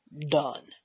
done